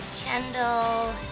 Kendall